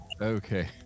Okay